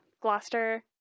Gloucester